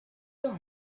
your